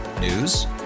News